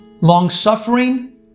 long-suffering